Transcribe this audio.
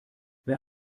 wer